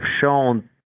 shown